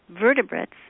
vertebrates